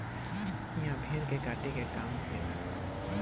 इहा भेड़ के काटे के काम होखेला